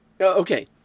Okay